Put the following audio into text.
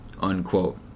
Unquote